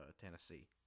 Tennessee